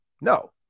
No